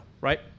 right